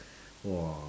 !wah!